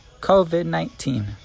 COVID-19